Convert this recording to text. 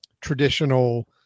traditional